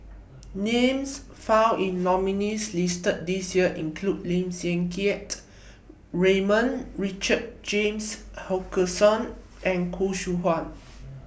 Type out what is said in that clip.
Names found in nominees' listed This Year include Lim Siang Keat Raymond Richard James Wilkinson and Khoo Seow Hwa